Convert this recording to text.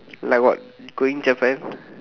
like what going Japan